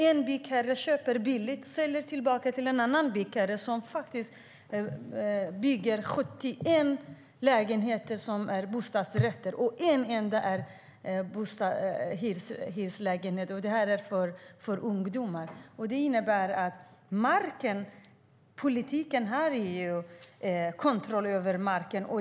En byggherre köpte billigt och sålde tillbaka till en annan byggherre, som byggde 71 lägenheter som är bostadsrätter och en enda som är hyreslägenhet. Det är för ungdomar. Markpolitiken innebär kontroll över marken.